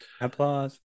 Applause